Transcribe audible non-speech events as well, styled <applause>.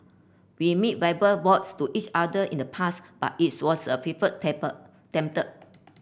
we made verbal vows to each other in the past but its was a <unintelligible>